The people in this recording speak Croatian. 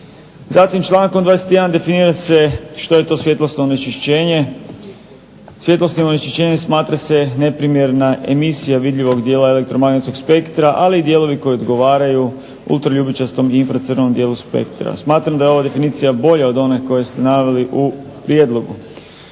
Zatim člankom 21. definira se što je to svjetlosno onečišćenje. Svjetlosnim onečišćenjem smatra se neprimjerna emisija vidljivog dijela elektromagnetskog spektra, ali i dijelovi koji odgovaraju ultraljubičastom i infracrvenom dijelu spektra. Smatram da je ova definicija bolja od one koju ste naveli u prijedlogu.